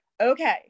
okay